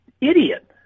idiot